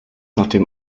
nachdem